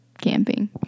camping